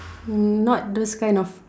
mm not those kind of